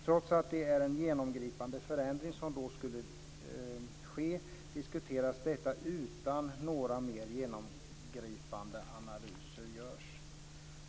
Trots att det är en genomgripande förändring som då skulle ske diskuteras detta utan att några mer genomgripande analyser görs.